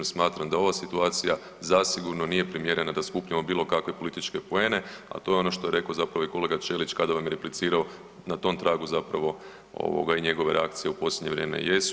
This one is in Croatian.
Smatram da ova situacija zasigurno nije primjerena da skupljamo bilo kakve političke poene, a to je ono što je rekao zapravo i kolega Ćelić kada vam je replicirao na tom tragu zapravo ovoga i njegove reakcije u posljednje vrijeme jesu.